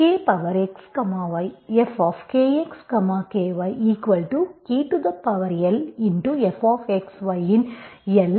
K power x y fKxKyKLfxyஇன் L f